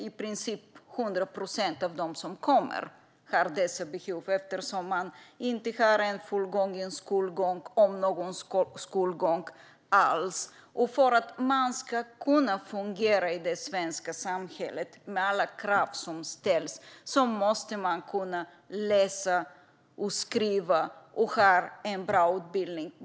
I princip 100 procent av dem som kom har dessa behov eftersom de inte har fullgången skolgång, om alls någon skolgång. För att kunna fungera i det svenska samhället, med alla krav som ställs, måste man kunna läsa, skriva och ha en bra utbildning.